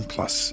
Plus